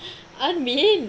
I mean